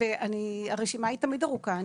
הרשימה היא תמיד ארוכה.